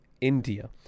India